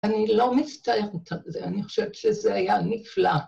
אני לא מצטערת על זה, אני חושבת שזה היה נפלא.